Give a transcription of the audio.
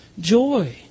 joy